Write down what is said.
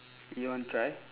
you want to try